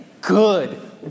good